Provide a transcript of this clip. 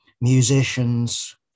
musicians